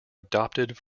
adopted